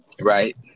Right